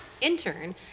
intern